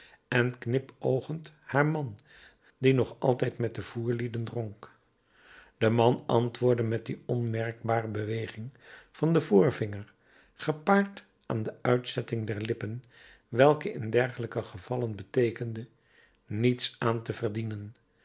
en knipoogend haar man die nog altijd met de voerlieden dronk de man antwoordde met die onmerkbare beweging van den voorvinger gepaard aan de uitzetting der lippen welke in dergelijke gevallen beteekende niets aan te verdienen